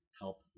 help